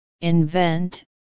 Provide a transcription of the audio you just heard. invent